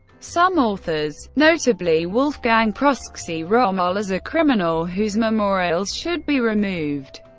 some authors, notably wolfgang proske, see rommel as a criminal whose memorials should be removed,